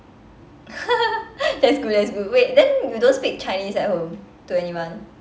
that's good that's good wait then you don't speak chinese at home to anyone